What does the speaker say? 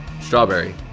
strawberry